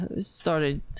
started